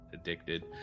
addicted